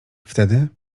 wtedy